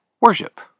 worship